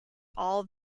all